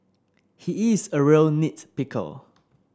he is a real nit picker